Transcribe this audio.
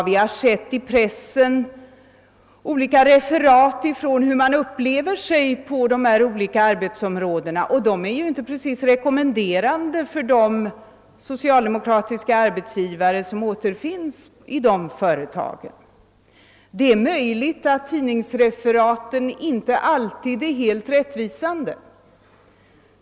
Vi har i pressen läst olika referat om hur vederbörande upplever situationen på sina arbetsplatser, och det är inte precis rekommenderande för de socialdemokratiska arbetsgivare som återfinns i dessa företag. Det är möjligt att tidningsreferaten inte alltid är helt rättvisande.